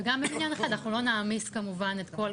וגם בבניין אחד אנחנו לא נעמיס את הכל,